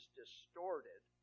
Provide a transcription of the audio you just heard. distorted